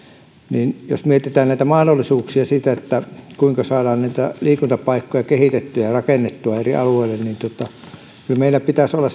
puolella jos mietitään näitä mahdollisuuksia siinä kuinka saadaan näitä liikuntapaikkoja kehitettyä ja rakennettua eri alueille niin kyllä meillä pitäisi olla